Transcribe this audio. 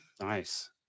nice